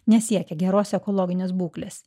nesiekia geros ekologinės būklės